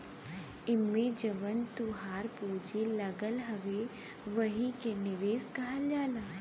एम्मे जवन तोहार पूँजी लगल हउवे वही के निवेश कहल जाला